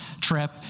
trip